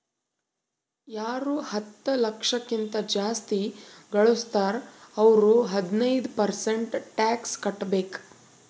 ಯಾರು ಹತ್ತ ಲಕ್ಷ ಕಿಂತಾ ಜಾಸ್ತಿ ಘಳುಸ್ತಾರ್ ಅವ್ರು ಹದಿನೈದ್ ಪರ್ಸೆಂಟ್ ಟ್ಯಾಕ್ಸ್ ಕಟ್ಟಬೇಕ್